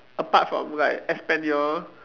apart from like espanol